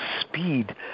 speed